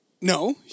No